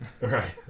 Right